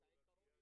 זה העסקה ישירה.